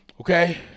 Okay